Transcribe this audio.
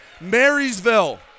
Marysville